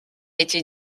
été